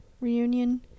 reunion